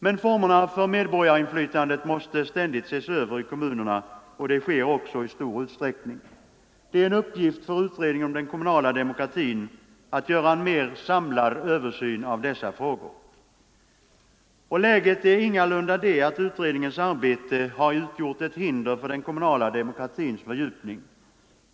Men formerna för medborgarnas inflytande måste ständigt ses över i kommunerna, och det sker också i stor utsträckning. Det är en uppgift för utredningen om den kommunala demokratin att göra en mer samlad översyn av dessa frågor. Läget är ingalunda det att utredningens arbete har utgjort ett hinder för den kommunala demokratins fördjupning.